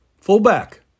Fullback